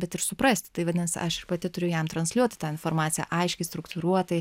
bet ir suprasti tai vadinasi aš pati turiu jam transliuoti tą informaciją aiškiai struktūruotai